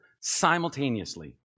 simultaneously